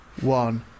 one